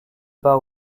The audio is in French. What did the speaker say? bat